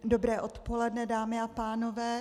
Dobré odpoledne, dámy a pánové.